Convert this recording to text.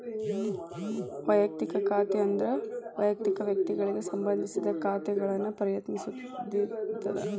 ವಯಕ್ತಿಕ ಖಾತೆ ಅಂದ್ರ ವಯಕ್ತಿಕ ವ್ಯಕ್ತಿಗಳಿಗೆ ಸಂಬಂಧಿಸಿದ ಖಾತೆಗಳನ್ನ ಪ್ರತಿನಿಧಿಸುತ್ತ